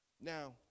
Now